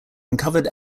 uncovered